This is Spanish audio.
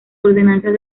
ordenanzas